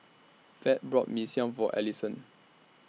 Fed bought Mee Siam For Allyson